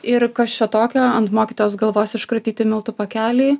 ir kas čia tokio ant mokytos galvos iškratyti miltų pakelį